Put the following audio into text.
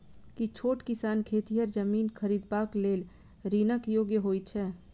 की छोट किसान खेतिहर जमीन खरिदबाक लेल ऋणक योग्य होइ छै?